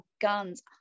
guns